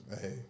Hey